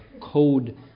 code